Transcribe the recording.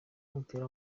w’umupira